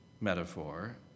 metaphor